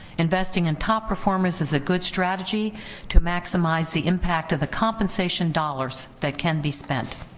investing in top performers is a good strategy to maximize the impact of the compensation dollars that can be spent.